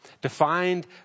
defined